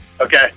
Okay